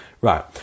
Right